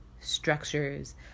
structures